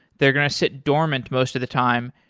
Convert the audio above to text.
they're going to sit dormant most of the time.